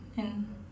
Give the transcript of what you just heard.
and